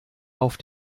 auf